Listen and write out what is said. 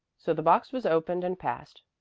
so the box was opened and passed.